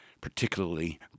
particularly